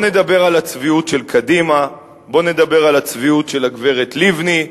של קדימה, בוא נדבר על הצביעות של הגברת לבני,